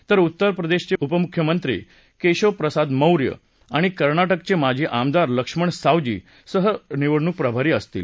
तर उत्तरप्रदेशचे उपमुख्यमंत्री केशवप्रसाद मौर्य आणि कर्नाटकचे माजी आमदार लक्ष्मण सावजी सह निवडणूक प्रभारी असतील